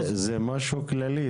זה משהו כללי.